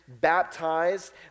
baptized